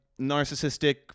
narcissistic